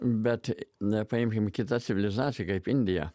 bet na paimkim kitą civilizaciją kaip indija